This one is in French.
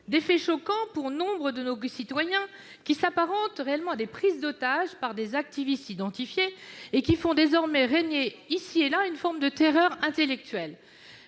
Ces faits sont choquants pour nombre de nos concitoyens, car ils s'apparentent à des prises d'otages par des activistes identifiés qui font désormais ainsi régner, ici et là, une forme de terreur intellectuelle.